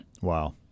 Wow